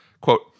Quote